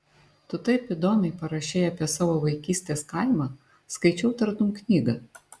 tu taip įdomiai parašei apie savo vaikystės kaimą skaičiau tartum knygą